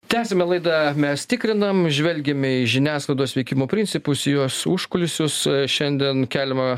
tęsiame laidą mes tikrinam žvelgiame į žiniasklaidos veikimo principus jos užkulisius šiandien keliama